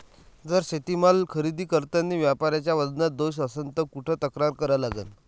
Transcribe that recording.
जर शेतीमाल खरेदी करतांनी व्यापाऱ्याच्या वजनात दोष असन त कुठ तक्रार करा लागन?